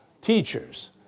teachers